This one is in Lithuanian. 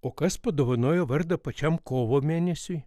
o kas padovanojo vardą pačiam kovo mėnesiui